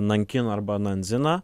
nankin arba nandziną